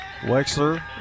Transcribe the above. Wexler